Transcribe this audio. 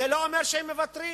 זה לא אומר שהם מוותרים.